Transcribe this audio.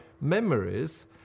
memories